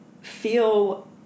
feel